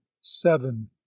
seven